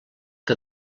que